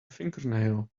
fingernail